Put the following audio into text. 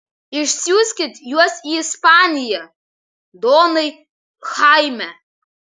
išsiųskit juos į ispaniją donai chaime